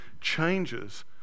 changes